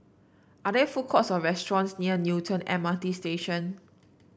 are there food courts or restaurants near Newton M R T Station